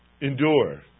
endure